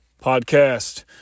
podcast